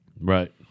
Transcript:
Right